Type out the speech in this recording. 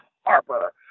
Harper